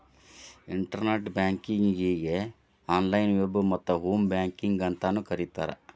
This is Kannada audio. ಇಂಟರ್ನೆಟ್ ಬ್ಯಾಂಕಿಂಗಗೆ ಆನ್ಲೈನ್ ವೆಬ್ ಮತ್ತ ಹೋಂ ಬ್ಯಾಂಕಿಂಗ್ ಅಂತಾನೂ ಕರಿತಾರ